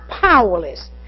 powerless